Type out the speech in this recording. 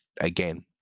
again